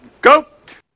goat